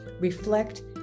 reflect